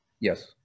Yes